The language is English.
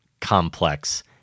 complex